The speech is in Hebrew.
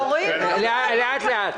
לאט-לאט.